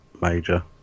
major